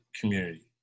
community